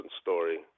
story